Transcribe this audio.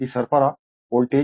ఈ సరఫరా voltage V1